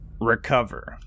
recover